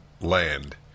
land